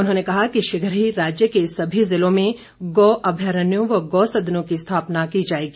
उन्होंने कहा कि शीघ ही राज्य के सभी जिलों में गौ अभ्यारणों व गौ सदनों की स्थापना की जाएगी